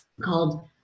called